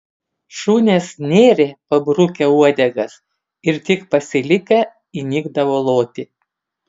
šunes nėrė pabrukę uodegas ir tik pasilikę įnikdavo loti